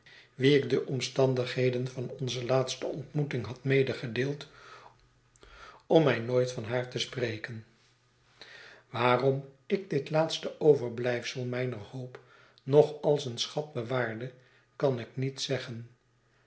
wien ik de omstandigheden van onze laatste ontmoeting had medegedeeld om mij nooit van haar te spreken waarom ik dit laatste overblijfsel mijner hoop nog als een schat bewaarde kan ik niet zeggen